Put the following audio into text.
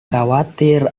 khawatir